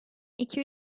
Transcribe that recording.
iki